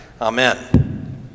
Amen